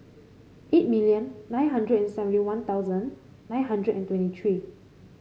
eight million nine hundred and seventy One Thousand nine hundred and twenty three